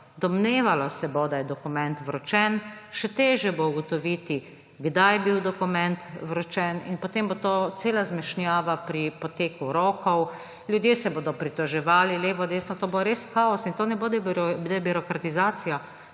domnevalo se bo, da je dokument vročen. Še težje bo ugotoviti, kdaj je bil dokument vročen. In potem bo to cela zmešnjava pri poteku rokov, ljudje se bodo pritoževali levo, desno. To bo res kaos in to ne bo debirokratizacija,